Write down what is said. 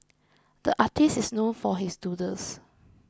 the artist is known for his doodles